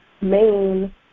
Maine